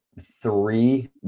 three